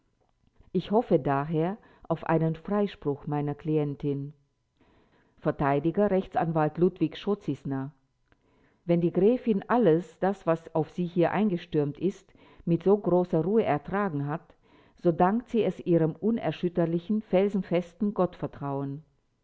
ich hoffe daher auf einen freispruch meiner klientin verteidiger rechtsanwalt ludwig chodziesner wenn die gräfin alles das was auf sie hier eingestürmt ist mit so großer ruhe ertragen hat so dankt sie es ihrem unerschütterlichen felsenfesten gottvertrauen